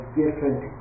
different